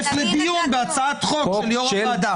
לדיון בהצעת חוק של יושב-ראש הוועדה.